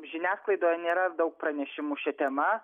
žiniasklaidoje nėra daug pranešimų šia tema